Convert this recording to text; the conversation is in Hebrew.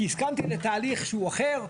כי הסכמתי לתהליך שהוא אחר.